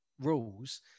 rules